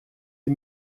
die